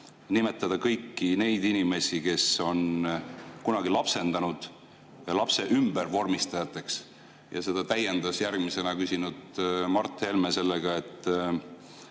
nimetada kõiki neid inimesi, kes on kunagi lapsendanud, lapse ümbervormistajateks, ja seda täiendas järgmisena küsinud Mart Helme sellega, et